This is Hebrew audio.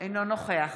אינו נוכח